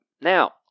Now